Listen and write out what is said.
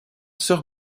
sœur